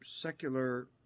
secular